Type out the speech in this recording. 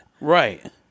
right